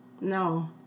No